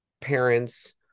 parents